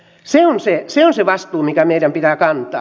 se on se vastuu mikä meidän pitää kantaa